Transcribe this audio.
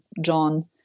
John